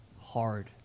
hard